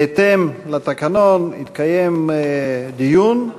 בהתאם לתקנון יתקיים דיון.